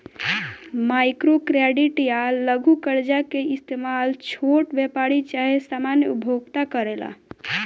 micro credit या लघु कर्जा के इस्तमाल छोट व्यापारी चाहे सामान्य उपभोक्ता करेले